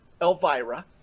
Elvira